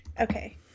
Okay